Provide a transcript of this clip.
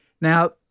Now